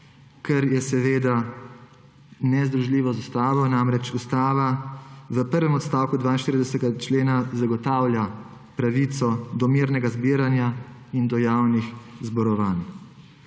kar je seveda nezdružljivo z ustavo. Ustava namreč v prvem odstavku 42. člena zagotavlja pravico do mirnega zbiranja in do javnih zborovanj.